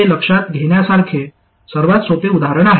हे लक्षात घेण्यासारखे सर्वात सोपे उदाहरण आहे